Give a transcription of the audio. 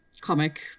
comic